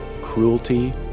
cruelty